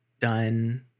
done